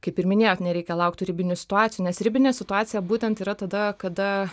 kaip ir minėjot nereikia laukt tų ribinių situacijų nes ribinė situacija būtent yra tada kada